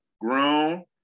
grown